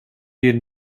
wir